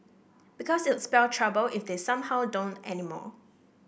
because it'd spell trouble if they somehow don't anymore